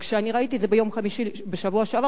כשראיתי את זה ביום חמישי בשבוע שעבר